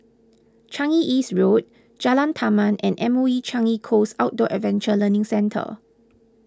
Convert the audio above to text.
Changi East Road Jalan Taman and M O E Changi Coast Outdoor Adventure Learning Centre